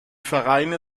vereine